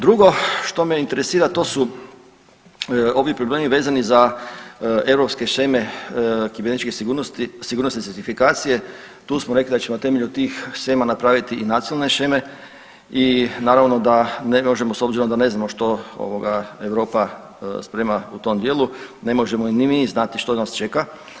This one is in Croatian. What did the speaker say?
Drugo što me interesira to su ovi problemi vezani za europske sheme kibernetičke sigurnosti, sigurnosne certifikacije tu smo rekli da ćemo na temelju tih shema napraviti i nacionalne sheme i naravno da ne možemo s obzirom da ne znamo što Europa sprema u tom dijelu, ne možemo ni mi znati što nas čeka.